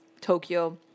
Tokyo